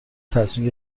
تصمیم